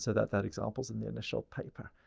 so that that example's in the initial paper.